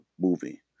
movie